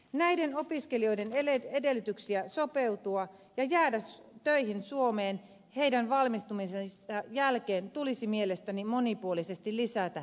näiden opiskelijoiden edellytyksiä sopeutua ja jäädä töihin suomeen heidän valmistumisensa jälkeen tulisi mielestäni monipuolisesti lisätä ja kehittää